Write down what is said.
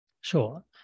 Sure